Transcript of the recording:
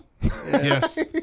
Yes